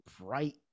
bright